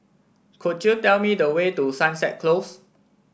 could you tell me the way to Sunset Close